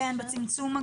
כן.